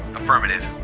affirmative.